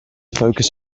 focus